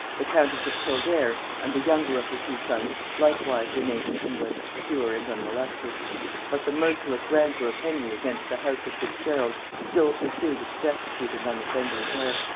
the countess of kildare, and the younger of her two sons, likewise remained in england obscure and unmolested but the merciless rancour of henry against the house of fitzgerald still pursued its destitute and unoffending heir,